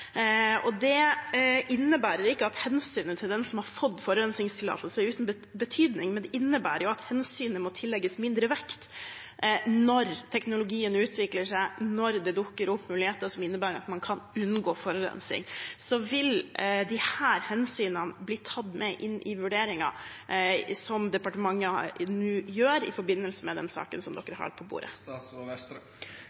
forurense. Det innebærer ikke at hensynet til dem som har fått forurensningstillatelse, er uten betydning, men det innebærer at hensynet må tillegges mindre vekt når teknologien utvikler seg, og når det dukker opp muligheter som innebærer at man kan unngå forurensning. Vil disse hensynene bli tatt med inn i vurderingen som departementet nå gjør, i forbindelse med den saken